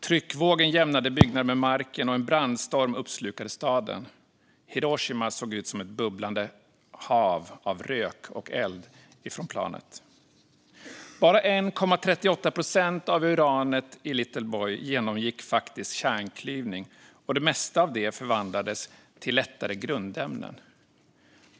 Tryckvågen jämnade byggnader med marken, och en brandstorm uppslukade staden. Hiroshima såg ut som ett bubblande hav av rök och eld från planet. Bara 1,38 procent av uranet i Little Boy genomgick kärnklyvning, och det mesta av det förvandlades till lättare grundämnen.